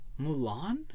Mulan